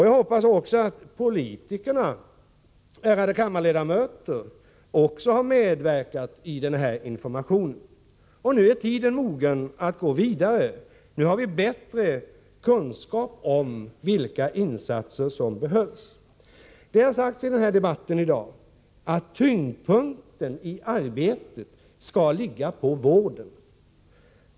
Jag hoppas att också politikerna, ärade kammarledamöter, har medverkat i denna information. Nu är tiden mogen att gå vidare. Nu har vi bättre kunskap om vilka insatser som behövs. Det har sagts i debatten i dag att tyngdpunkten i arbetet skall ligga på vården.